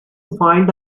find